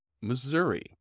Missouri